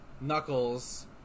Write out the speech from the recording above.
Knuckles